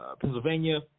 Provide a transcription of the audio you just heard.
Pennsylvania